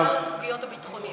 כל הסוגיות הביטחוניות.